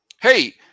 Hey